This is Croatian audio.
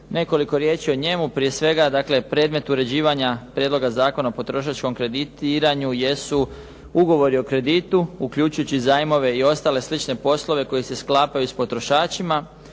Nekoliko riječi o njemu. Prije svega dakle predmet uređivanja Prijedloga zakona o potrošačkom kreditiranju jesu ugovori o kreditu uključujući i zajmove i ostale slične poslove koji se sklapaju sa potrošačima,